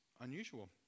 unusual